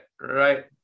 Right